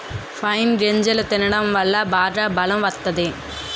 pine గింజలు తినడం వల్ల బాగా బలం వత్తాది